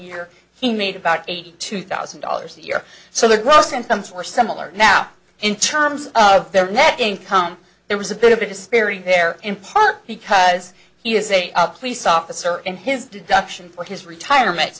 year he made about eighty two thousand dollars a year so there were symptoms or similar now in terms of their net income there was a bit of a disparity there in part because he is a up police officer and his deduction for his retirement